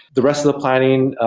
the rest of the planning,